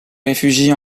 réfugie